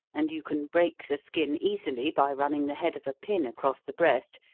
and you can break the skin easily by running the head of a pin across the breast,